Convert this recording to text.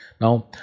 now